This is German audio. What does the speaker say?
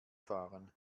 fahren